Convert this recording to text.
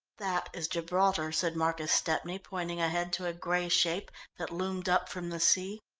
that is gibraltar, said marcus stepney, pointing ahead to a grey shape that loomed up from the sea.